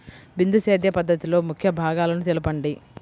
బిందు సేద్య పద్ధతిలో ముఖ్య భాగాలను తెలుపండి?